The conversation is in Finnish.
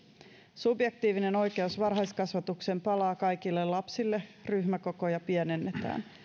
subjektiivinen oikeus varhaiskasvatukseen palaa kaikille lapsille ryhmäkokoja pienennetään